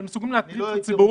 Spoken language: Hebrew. אבל הם מסוגלים להטריד את הציבור.